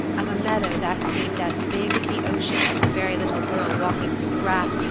of a meadow that seemed as big as the ocean to the very little girl walking through the grass,